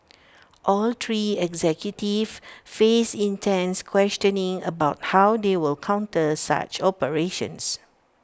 all three executives faced intense questioning about how they will counter such operations